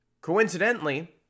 coincidentally